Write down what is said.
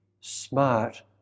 smart